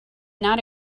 not